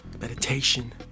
meditation